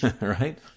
Right